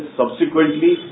subsequently